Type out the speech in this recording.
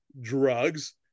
drugs